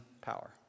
power